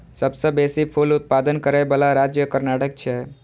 सबसं बेसी फूल उत्पादन करै बला राज्य कर्नाटक छै